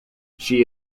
she